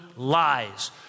lies